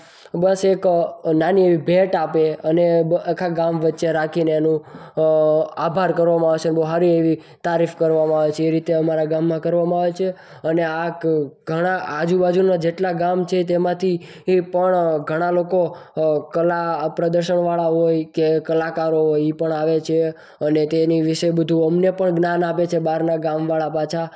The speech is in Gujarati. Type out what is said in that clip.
બસ એક નાની એવી ભેટ અને આખા ગામ વચ્ચે રાખીને એનું આભાર કરવામાં આવે છે અને સારી એવી તારીફ કરવામાં આવે છે એવી રીતે કે અમારા ગામમાં કરવામાં આવે છે ઘણા આજુબાજુના જેટલા ગામ છે તેમાંથી પણ ઘણા લોકો કલા પ્રદર્શનવાળા હોય કે કલાકાર હોય પણ આવે છે અને તેની વિશે વધુ અમને પણ જ્ઞાન આપે છે બારના ગામવાળા પાછા